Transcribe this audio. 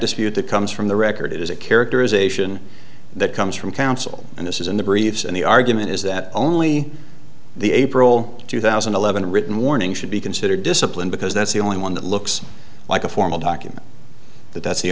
dispute that comes from the record it is a characterization that comes from counsel and this is in the briefs and the argument is that only the april two thousand and eleven written warning should be considered discipline because that's the only one that looks like a formal document that that's the